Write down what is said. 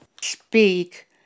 speak